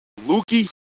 lukey